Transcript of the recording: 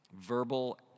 verbal